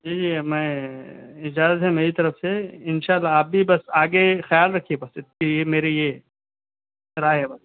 جی جی میں اجازت ہے میری طرف سے ان شااللہ آپ بھی بس آگے خیال رکھئے کہ یہ میرے یہ رائے ہے بس